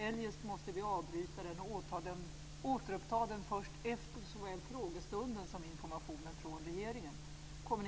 Eljest måste vi avbryta den och återuppta den först efter såväl frågestunden som informationen från regeringen.